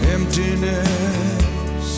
Emptiness